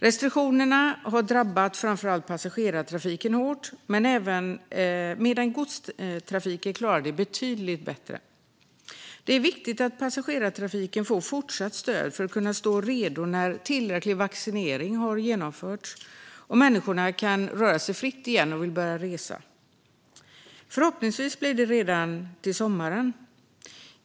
Restriktionerna har drabbat framför allt passagerartrafiken hårt, medan godstrafiken har klarat sig betydligt bättre. Det är viktigt att passagerartrafiken får fortsatt stöd för att kunna stå redo när tillräcklig vaccinering har genomförts och människor kan röra sig fritt igen och vill börja resa. Förhoppningsvis blir det redan till sommaren.